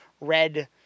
red